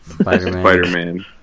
Spider-Man